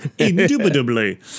Indubitably